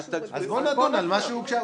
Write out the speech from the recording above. אז בואו נדון על מה שהוגש.